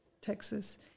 Texas